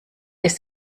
ist